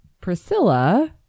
Priscilla